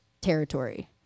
territory